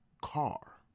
car